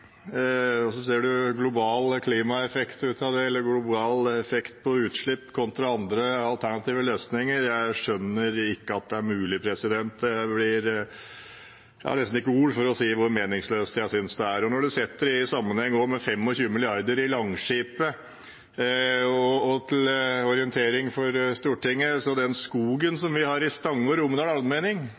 og så ser man global klimaeffekt ut av det eller global effekt på utslipp kontra andre alternative løsninger – jeg skjønner ikke at det er mulig. Jeg har nesten ikke ord for hvor meningsløst jeg synes det er. Når man setter det i sammenheng med 25 mrd. kr til Langskip også: Til orientering for Stortinget, så binder den skogen vi har i Stange og Romedal